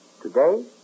Today